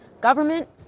government